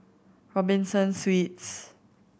Robinson Suites